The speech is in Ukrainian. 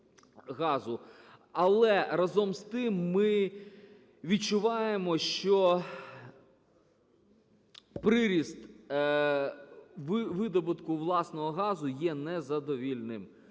Але, разом з тим, ми відчуваємо, що приріст видобутку власного газу є незадовільним,